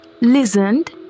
listened